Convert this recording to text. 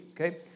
Okay